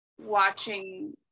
watching